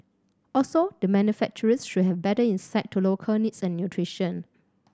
also the manufacturers should have better insight to local needs and nutrition